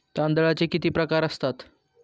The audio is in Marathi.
तांदळाचे किती प्रकार असतात?